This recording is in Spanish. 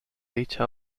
dicha